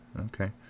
okay